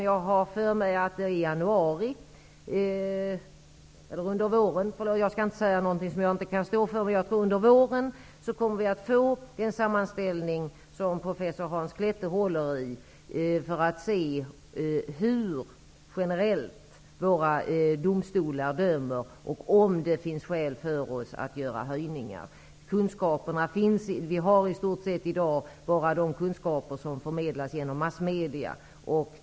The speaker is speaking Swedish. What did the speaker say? Jag tror att vi under våren -- jag vågar inte nämna någon tidpunkt som jag inte kan stå för -- kommer att få en sammanställning som professor Hans Klette står bakom. Vi får då generellt se hur våra domstolar dömer och om det finns skäl för oss att göra höjningar. I dag har vi i stort sett bara de kunskaper som förmedlas genom massmedia.